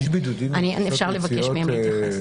אפשר לבקש מהם להתייחס.